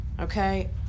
okay